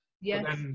yes